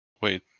Wait